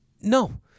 No